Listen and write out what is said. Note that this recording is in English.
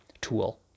tool